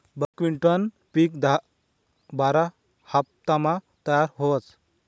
बकव्हिटनं पिक दहा बारा हाफतामा तयार व्हस